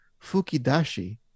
Fukidashi